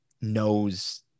knows